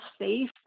safe